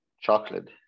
Chocolate